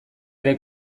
ere